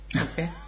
Okay